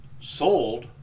sold